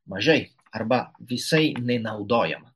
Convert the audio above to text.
mažai arba visai nenaudojama